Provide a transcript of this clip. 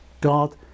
God